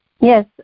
Yes